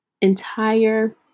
entire